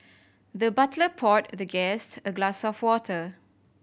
the butler poured the guest a glass of water